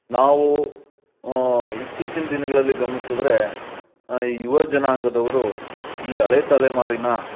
ನಾವು ಇತ್ತೀಚಿನ ದಿನಗಳಲ್ಲಿ ಗಮನಿಸಿದ್ರೆ ಈ ಯುವಜನಾಂಗದವರು ಈ ಹಳೆಯ ತಲೆಮಾರಿನ